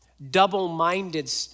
double-minded